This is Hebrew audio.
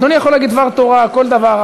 אדוני יכול להגיד דבר תורה או כל דבר,